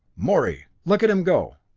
morey look at him go!